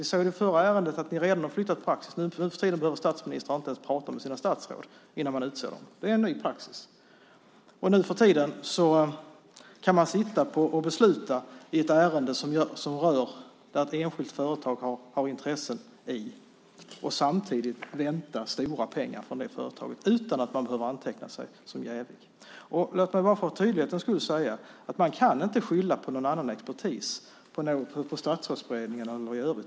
Vi såg i det förra ärendet att ni redan har flyttat praxis. Nu för tiden behöver statsministrar inte ens prata med sina statsråd innan man utser dem. Det är en ny praxis. Nu för tiden kan man besluta i ett ärende som ett enskilt företag har intressen i samtidigt som man väntar stora pengar från det företaget utan att man behöver anteckna sig som jävig. Låt mig för tydlighetens skull säga att man inte kan skylla på någon annan expertis på Statsrådsberedningen eller i övrigt.